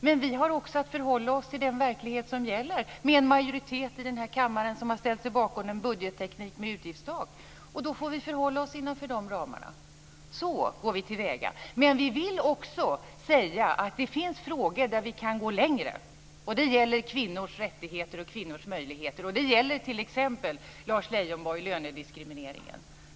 Men vi har också att förhålla oss till den verklighet som gäller - med en majoritet i den här kammaren som har ställt sig bakom en budgetteknik med utgiftstak. Då får vi förhålla oss innanför de ramarna. Så går vi till väga. Vi vill också säga att det finns frågor där vi kan gå längre. Det gäller kvinnors rättigheter och kvinnors möjligheter. Det gäller också t.ex., Lars Leijonborg, lönediskrimineringen.